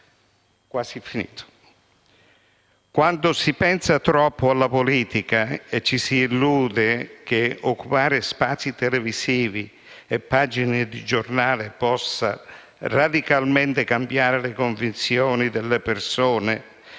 cambiare. Quando si pensa troppo alla politica e ci si illude che occupare spazi televisivi e pagine di giornale possa radicalmente cambiare le convinzioni delle persone,